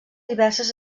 diverses